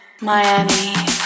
Miami